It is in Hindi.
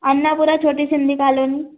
अन्नापुरा छोटी सिंधी कालोनी